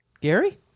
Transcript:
Gary